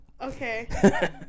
Okay